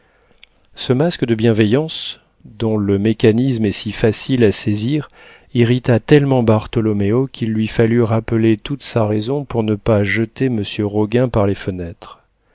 ce masque de bienveillance dont le mécanisme est si facile à saisir irrita tellement bartholoméo qu'il lui fallut rappeler toute sa raison pour ne pas jeter monsieur roguin par les fenêtres